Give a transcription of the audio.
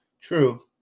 True